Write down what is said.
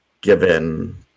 Given